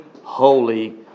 Holy